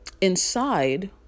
Inside